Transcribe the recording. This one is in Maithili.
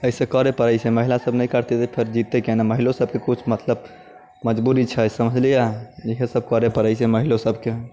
ऐसे करै पड़ैत छै महिला सभ नहि करते तऽ फेर जीबतै केना महिलो सभके तऽ किछु मतलब मजबूरी छै समझलियै इहे सभ करै पड़ैत छै महिलो सभकेँ